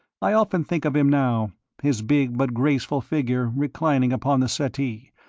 i often think of him now his big but graceful figure reclining upon the settee,